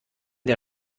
der